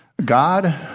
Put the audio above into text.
God